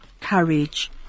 courage